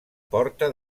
porta